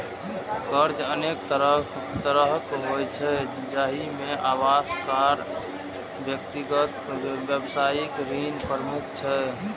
कर्ज अनेक तरहक होइ छै, जाहि मे आवास, कार, व्यक्तिगत, व्यावसायिक ऋण प्रमुख छै